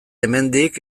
hemendik